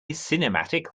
cinematic